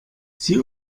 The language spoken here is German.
sie